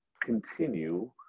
continue